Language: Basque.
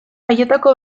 haietako